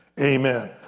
amen